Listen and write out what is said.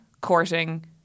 courting